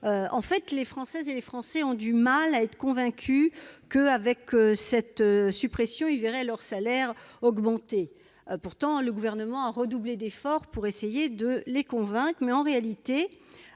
En fait, les Françaises et les Français ont du mal à être convaincus qu'avec cette suppression ils voient leur salaire augmenter. Pourtant, le Gouvernement a redoublé d'efforts pour essayer de les convaincre. Mais ils